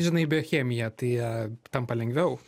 žinai biochemiją tai tampa lengviau